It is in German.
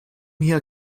hier